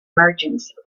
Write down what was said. emergence